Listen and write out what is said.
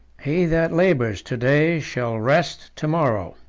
he that labors to-day shall rest to-morrow.